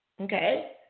Okay